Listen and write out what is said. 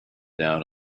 down